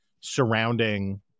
surrounding